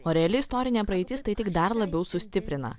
o reali istorinė praeitis tai tik dar labiau sustiprina